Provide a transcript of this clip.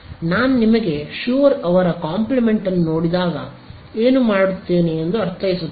ನಾನು ನಿಮಗೆ ಶುರ್ ಅವರ ಕಾಂಪ್ಲಿಮೆಂಟನ್ನು ನೋಡಿದಾಗ ನಾನು ಏನು ಮಾಡುತ್ತೇನೆ ಎಂದು ಅರ್ಥೈಸುತ್ತೇನೆ